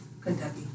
Kentucky